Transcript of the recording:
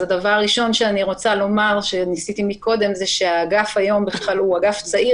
אז דבר ראשון שאני רוצה לומר זה שהאגף היום הוא אגף צעיר